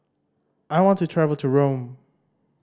I want to travel to Rome